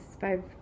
five